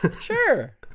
sure